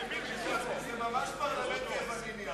ממש פרלמנט יווני נהיה